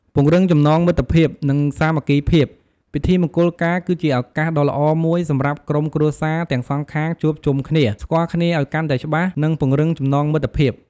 ពង្រឹងចំណងមិត្តភាព និងសាមគ្គីភាព ពិធីមង្គលការគឺជាឱកាសដ៏ល្អមួយសម្រាប់ក្រុមគ្រួសារទាំងសងខាងជួបជុំគ្នា ស្គាល់គ្នាឱ្យកាន់តែច្បាស់ និងពង្រឹងចំណងមិត្តភាព។